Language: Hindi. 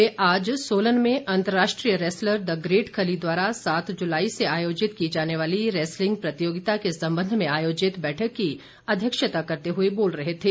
वे आज सोलन में अंतर्राष्ट्रीय रैस्लर द ग्रेट खली द्वारा सात जुलाई से आयोजित की जाने वाली रैस्लिंग प्रतियोगिता के संबंध में आयोजित बैठक की अध्यक्षता करते हुए बोल रहे थे